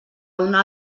una